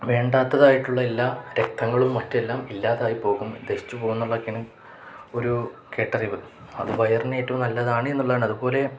വേണ്ടാത്തതായിട്ടുള്ള എല്ലാ രക്തങ്ങളും മറ്റെല്ലാം ഇല്ലാതായിപ്പോകും ദഹിച്ചു പോകുമെന്നുള്ളതൊക്കെയാണ് ഒരു കേട്ടറിവ് അതു വയറിനേറ്റവും നല്ലതാണ് എന്നുള്ളതാണ് അതുപോലെ